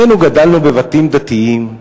שנינו גדלנו בבתים דתיים,